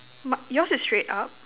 mi~ yours is straight up